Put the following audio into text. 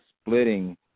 splitting